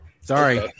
Sorry